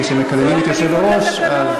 כשמקללים את היושב-ראש.